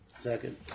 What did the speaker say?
Second